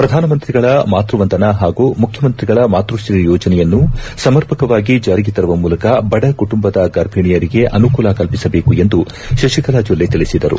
ಪ್ರಧಾನಮಂತ್ರಿಗಳ ಮಾತ್ಸವಂದನಾ ಹಾಗೂ ಮುಖ್ಯಮಂತ್ರಿಗಳ ಮಾತ್ಸ್ರೀ ಯೋಜನೆಯನ್ನು ಸಮರ್ಪಕವಾಗಿ ಜಾರಿಗೆ ತರುವ ಮೂಲಕ ಬಡ ಕುಟುಂಬದ ಗರ್ಭಿಣಿಯರಿಗೆ ಅನುಕೂಲ ಕಲ್ಪಿಸಬೇಕು ಎಂದು ಶಶಿಕಲಾ ಜೊಲ್ಲೆ ತಿಳಿಸಿದರು